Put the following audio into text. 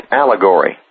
allegory